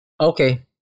Okay